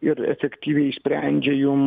ir efektyviai išsprendžia jum